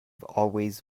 always